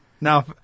Now